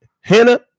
Hannah